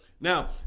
Now